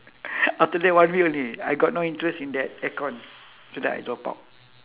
after that one week only I got no interest in that aircon so that I drop out